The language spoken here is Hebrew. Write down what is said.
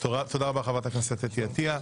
תודה רבה חברות הכנסת סטרוק ואתי עטייה.